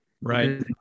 Right